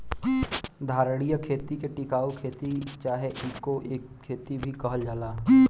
धारणीय खेती के टिकाऊ खेती चाहे इको खेती भी कहल जाला